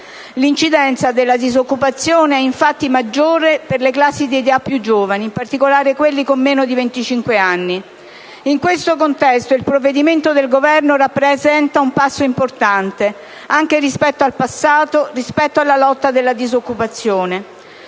L'incidenza della disoccupazione è, infatti, maggiore per le classi di età più giovani (in particolare quelli con meno di venticinque anni). In questo contesto, il provvedimento del Governo rappresenta un passo importante, anche rispetto al passato, nella lotta alla disoccupazione.